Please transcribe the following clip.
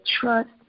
trust